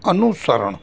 અનુસરણ